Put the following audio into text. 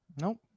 Nope